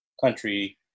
country